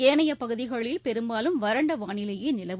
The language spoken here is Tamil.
ஏனைய பகுதிகளில் பெரும்பாலும் வறண்டவானிலையேநிலவும்